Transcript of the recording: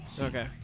Okay